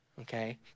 Okay